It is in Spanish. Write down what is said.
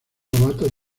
novato